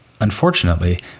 Unfortunately